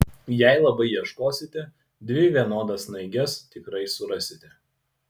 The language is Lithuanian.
jei labai ieškosite dvi vienodas snaiges tikrai surasite